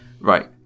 right